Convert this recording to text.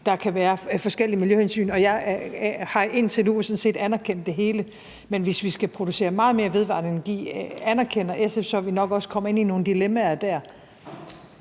der kan være forskellige miljøhensyn, og jeg har indtil nu sådan set anerkendt det hele, men hvis vi skal producere meget mere vedvarende energi, anerkender SF så, at vi nok også kommer ind i nogle dilemmaer der?